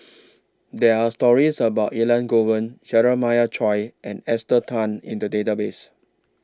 There Are stories about Elangovan Jeremiah Choy and Esther Tan in The Database